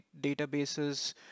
databases